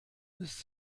ist